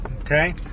Okay